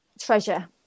Treasure